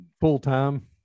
full-time